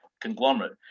conglomerate